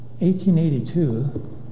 1882